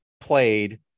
played